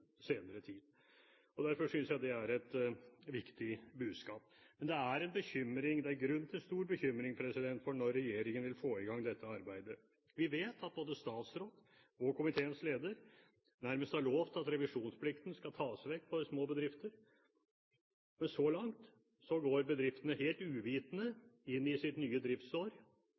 senere tid, og derfor synes jeg det er et viktig budskap. Men det er grunn til stor bekymring for når regjeringen vil få i gang dette arbeidet. Vi vet at både statsråden og komiteens leder nærmest har lovt at revisjonsplikten skal tas vekk for små bedrifter. Men så langt går bedriftene helt uvitende inn i sitt nye driftsår,